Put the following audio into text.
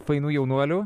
fainų jaunuolių